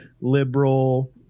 liberal